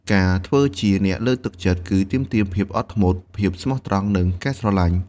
ការធ្វើជាអ្នកលើកទឹកចិត្ត គឺទាមទារភាពអត់ធ្មត់ ភាពស្មោះត្រង់ និងការស្រឡាញ់។